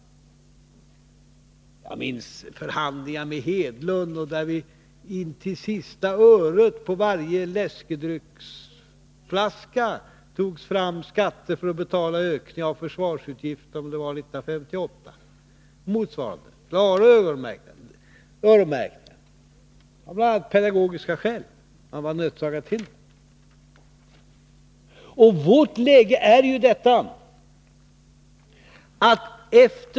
Jag minns förhandlingar med Gunnar Hedlund där det togs fram skatter på varje läskedrycksflaska för att intill sista öret betala ökningen av försvarsutgifterna; det var väl 1958. Då var pengarna öronmärkta av bl.a. pedagogiska skäl. Man var nödsakad till det. Vårt läge är ju detta.